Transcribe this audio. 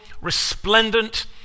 resplendent